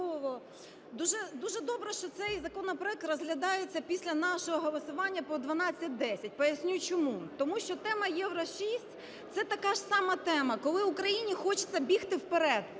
Дуже добре, що цей законопроект розглядається після нашого голосування по 1210. Поясню чому. Тому що тема "Євро-6", це така ж сама тема, коли Україні хочеться бігти вперед,